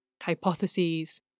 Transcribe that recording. hypotheses